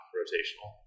rotational